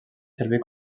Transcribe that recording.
servir